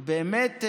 ובאמת,